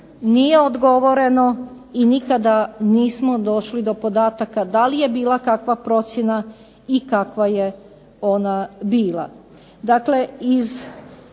nije odgovoreno i nikada nismo došli do podataka da li je bila kakva procjena, i kakva je ona bila.